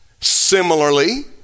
Similarly